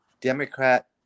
Democrat